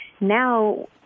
Now